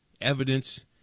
evidence